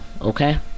okay